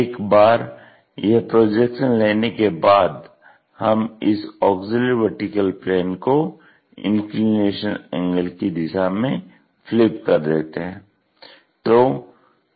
एक बार यह प्रोजेक्शन लेने के बाद हम इस ऑग्ज़िल्यरी वर्टिकल प्लेन को इंक्लिनेशन एंगल की दिशा में फ्लिप कर देते हैं